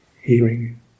hearing